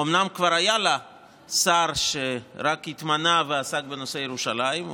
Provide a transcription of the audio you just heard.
אומנם כבר היה לה שר שרק התמנה ועסק בנושא ירושלים.